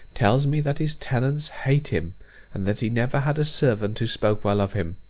tells me, that his tenants hate him and that he never had a servant who spoke well of him.